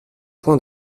point